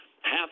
half